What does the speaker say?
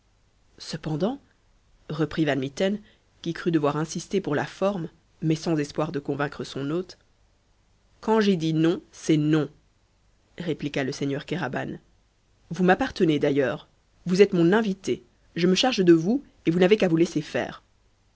cependant reprit van mitten qui crut devoir insister pour la forme mais sans espoir de convaincre son hôte quand j'ai dit non c'est non répliqua le seigneur kéraban vous m'appartenez d'ailleurs vous êtes mon invité je me charge de vous et vous n'avez qu'à vous laisser faire